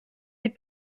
des